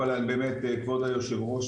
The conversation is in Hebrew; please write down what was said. כבוד היושב-ראש,